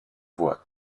voies